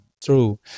true